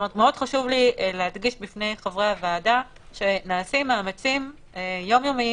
מאוד חשוב לי להדגיש בפני חברי הוועדה שנעשים מאמצים יומיומיים